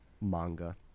manga